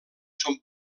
son